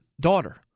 daughter